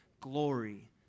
Glory